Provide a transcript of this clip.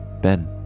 Ben